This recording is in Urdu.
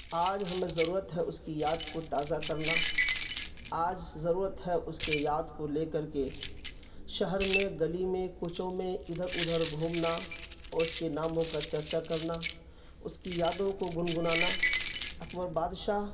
آج ہمیں ضرورت ہے اس کی یاد کو تازہ کرنا آج ضرورت ہے اس کے یاد کو لے کر کے شہر میں گلی میں کوچوں میں ادھر ادھر گھومنا اور اس کے ناموں کا چرچہ کرنا اس کی یادوں کو گنگنانا اکبر بادشاہ